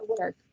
work